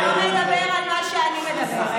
אתה לא מדבר על מה שאני מדברת.